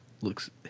looks